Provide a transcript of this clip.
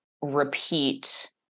repeat